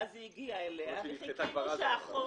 ואז היא הגיעה אליה, וחיכינו שהחוק יעבור.